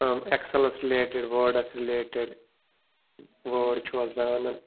اۭں ایٚکسَلَس رِلیٹِڈ وٲڈَس related word چھُوا زانان